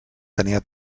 tenia